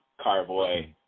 carboy